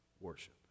worship